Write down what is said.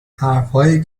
حرفهایی